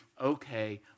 okay